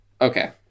Okay